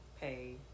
pay